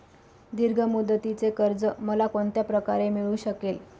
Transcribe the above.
दीर्घ मुदतीचे कर्ज मला कोणत्या प्रकारे मिळू शकेल?